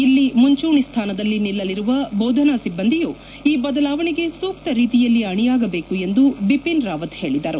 ಇಲ್ಲಿ ಮುಂಚೂಣಿ ಸ್ಥಾನದಲ್ಲಿ ನಿಲ್ಲಲಿರುವ ಬೋಧನಾ ಸಿಬ್ಬಂದಿಯು ಈ ಬದಲಾವಣೆಗೆ ಸೂಕ್ತ ರೀತಿಯಲ್ಲಿ ಅಣಿಯಾಗಬೇಕು ಎಂದು ಬಿಪಿನ್ ರಾವತ್ ಹೇಳಿದರು